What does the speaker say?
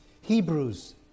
Hebrews